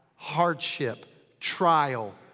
hardship. trial.